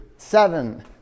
Seven